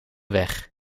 weg